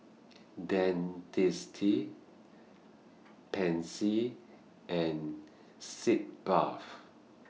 Dentiste Pansy and Sitz Bath